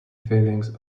feelings